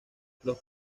los